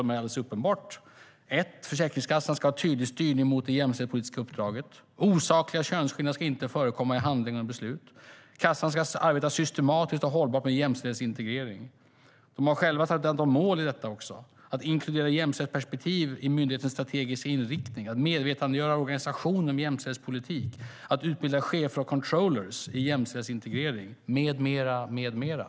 Där står att Försäkringskassan ska ha en tydlig styrning mot det jämställdhetspolitiska uppdraget, att osakliga könsskillnader inte ska förekomma i handläggning och beslut och att Försäkringskassan ska arbeta systematiskt och hållbart med jämställdhetsintegrering. De har själva satt upp mål för detta: att inkludera ett jämställdhetsperspektiv i myndighetens strategiska inriktning, att medvetandegöra organisationen om jämställdhetspolitik, att utbilda chefer och controllrar i jämställdhetsintegrering med mera, med mera.